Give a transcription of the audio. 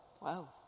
Wow